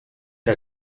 era